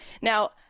now